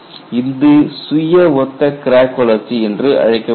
இது சுய ஒத்த கிராக் வளர்ச்சி என்று அழைக்கப்படுகிறது